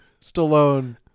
stallone